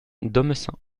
domessin